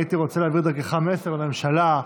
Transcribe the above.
הייתי רוצה להעביר דרכך מסר לממשלה.